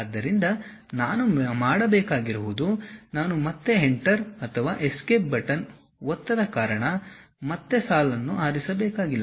ಆದ್ದರಿಂದ ನಾನು ಮಾಡಬೇಕಾಗಿರುವುದು ನಾನು ಮತ್ತೆ ಎಂಟರ್ ಅಥವಾ ಎಸ್ಕೇಪ್ ಬಟನ್ ಒತ್ತದ ಕಾರಣ ಮತ್ತೆ ಸಾಲನ್ನು ಆರಿಸಬೇಕಾಗಿಲ್ಲ